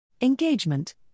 Engagement